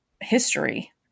history